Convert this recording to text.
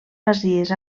masies